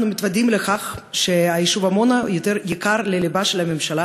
אנחנו מתוודעים לכך שהיישוב עמונה יותר יקר ללבה של הממשלה